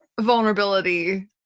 vulnerability